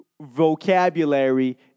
vocabulary